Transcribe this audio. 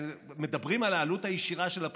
מדברים על העלות הישירה של הבחירות.